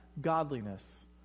godliness